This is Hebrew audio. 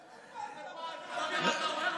איזה פאנץ', אתה אפילו לא יודע מה אתה אומר.